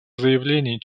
заявлений